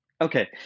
Okay